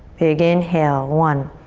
big inhale. one,